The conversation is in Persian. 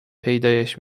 پیدایش